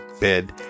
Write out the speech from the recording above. bed